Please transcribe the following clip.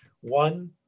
one